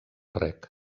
reg